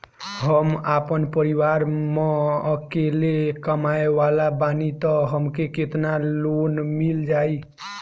हम आपन परिवार म अकेले कमाए वाला बानीं त हमके केतना लोन मिल जाई?